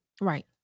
Right